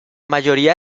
mayoría